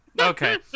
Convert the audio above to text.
okay